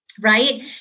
right